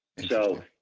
so,